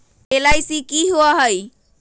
LIC की होअ हई?